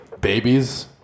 Babies